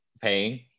paying